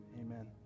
amen